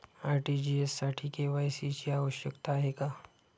RTGS साठी KYC ची आवश्यकता आहे का?